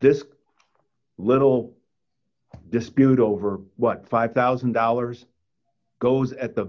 this little dispute over what five thousand dollars goes at the